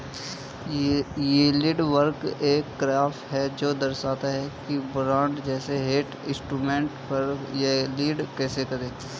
yield curve एक graph है जो दर्शाता है कि बॉन्ड जैसे डेट इंस्ट्रूमेंट पर यील्ड कैसे है